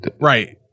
Right